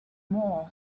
more